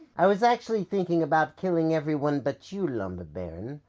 i was actually thinking about killing everyone but you lumber baron.